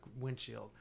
Windshield